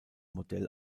modell